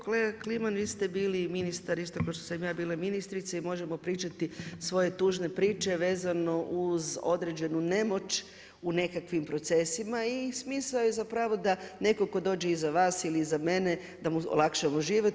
Kolega Klima vi ste bili ministar isto ko što sam ja bila ministrica i možemo pričati svoje tužne priče vezano uz određenu nemoć u nekakvim procesima i smisao je da neko tko dođe iza vas ili iza mene da mu olakšamo život.